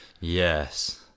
Yes